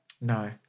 No